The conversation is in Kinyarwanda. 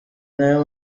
nayo